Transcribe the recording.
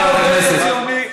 הקונגרס הציוני,